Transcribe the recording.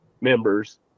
members